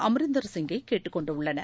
அமரீந்தர் சிங்கை கேட்டுக் கொண்டுள்ளனர்